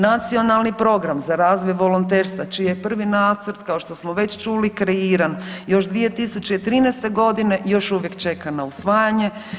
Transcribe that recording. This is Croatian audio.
Nacionalni program za razvoj volonterstva čiji je prvi nacrt kao što smo već čuli kreiran još 2013.g. još uvijek čeka na usvajanje.